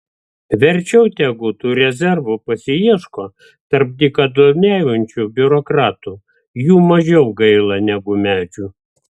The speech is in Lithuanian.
verčiau tegu tų rezervų pasiieško tarp dykaduoniaujančių biurokratų jų mažiau gaila negu medžių